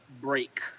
break